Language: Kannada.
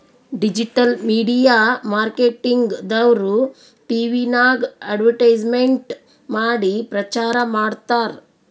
ಡಿಜಿಟಲ್ ಮೀಡಿಯಾ ಮಾರ್ಕೆಟಿಂಗ್ ದವ್ರು ಟಿವಿನಾಗ್ ಅಡ್ವರ್ಟ್ಸ್ಮೇಂಟ್ ಮಾಡಿ ಪ್ರಚಾರ್ ಮಾಡ್ತಾರ್